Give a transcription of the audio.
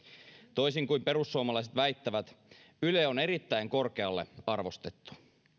toisin kuin perussuomalaiset väittävät yle on erittäin korkealle arvostettu